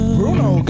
Bruno